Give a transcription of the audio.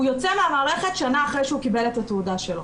הוא יוצא מהמערכת שנה אחרי שהוא קיבל את התעודה שלו,